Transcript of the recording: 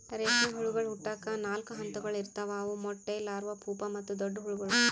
ರೇಷ್ಮೆ ಹುಳಗೊಳ್ ಹುಟ್ಟುಕ್ ನಾಲ್ಕು ಹಂತಗೊಳ್ ಇರ್ತಾವ್ ಅವು ಮೊಟ್ಟೆ, ಲಾರ್ವಾ, ಪೂಪಾ ಮತ್ತ ದೊಡ್ಡ ಹುಳಗೊಳ್